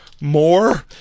more